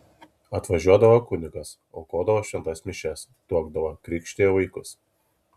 atvažiuodavo kunigas aukodavo šventas mišias tuokdavo krikštijo vaikus